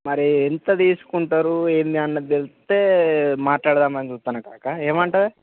మరి ఎంత తీసుకుంటారు ఏంటి అన్నది తెలిస్తే మాట్లాడదామని చూస్తున్నా కాకా ఏమంటావు